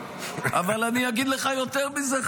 אבל אני אגיד לך יותר מזה,